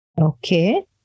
Okay